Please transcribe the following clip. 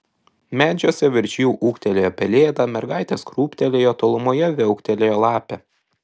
medžiuose virš jų ūktelėjo pelėda mergaitės krūptelėjo tolumoje viauktelėjo lapė